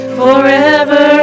forever